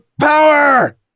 power